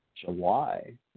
July